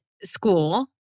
school